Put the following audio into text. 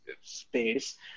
space